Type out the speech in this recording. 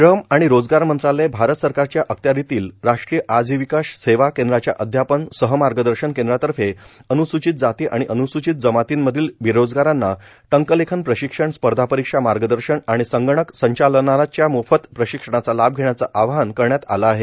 श्रम आणि रोजगार मंत्रालय भारत सरकारच्या अखत्यारितील राष्ट्रीय आजीविका सेवा केंद्राच्या अध्यापन सह मार्गदर्शन केंद्रातर्फे अनुसूचित जाती आणि अनुसूचित जमातीमधील बेरोजगारांना टंकलेखन प्रशिक्षण स्पर्धापरिक्षा मार्गदर्शन आणि संगणक संचालनाच्या मोफत प्रशिक्षणाचा लाभ घेण्याचे आवाहन करण्यात आले आहे